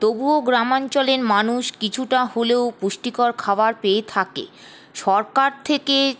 তবুও গ্রামাঞ্চলের মানুষ কিছুটা হলেও পুষ্টিকর খাবার পেয়ে থাকে সরকার থেকে